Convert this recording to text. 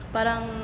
Parang